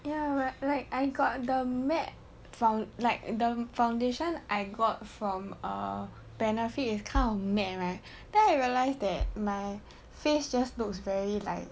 ya where like I got the Mac foundation like the foundation I got from Benefit in kind of matte right then I realized that my face just looks very like